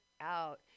out